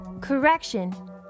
Correction